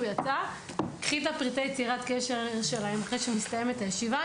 יצא: ״קחי את פרטי יצירת הקשר שלהם כשמסתיימת הישיבה,